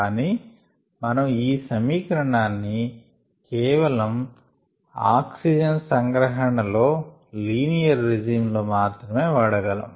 కానీ మనం ఈ సమీకరణాన్ని కేవలం ఆక్సిజన్ సంగ్రహణ లో లీనియర్ రెజిమ్ లో మాత్రమే వాడగలం